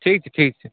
ठीक छै ठीक छै